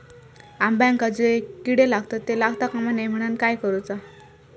अंब्यांका जो किडे लागतत ते लागता कमा नये म्हनाण काय करूचा?